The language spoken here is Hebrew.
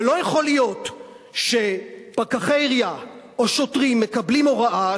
ולא יכול להיות שפקחי עירייה או שוטרים מקבלים הוראה,